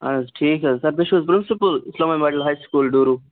اَہَن حظ ٹھیٖک حظ سَر تُہۍ چھُ principal Islamia middle high school ڈوٗرو